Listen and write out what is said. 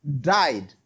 died